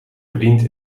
verdient